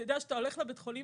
אתה יודע שאתה הולך לבית החולים,